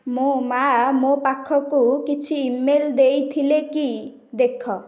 ମୋ ମା' ମୋ ପାଖକୁ କିଛି ଇମେଲ୍ ଦେଇଥିଲେ କି ଦେଖ